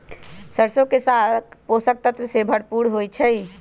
सरसों के साग पोषक तत्वों से भरपूर होई छई